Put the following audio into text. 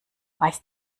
weiß